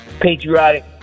patriotic